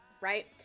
right